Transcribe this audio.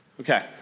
Okay